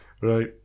right